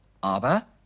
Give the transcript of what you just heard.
Aber